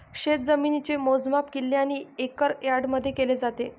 शेतजमिनीचे मोजमाप किल्ले आणि एकर यार्डमध्ये केले जाते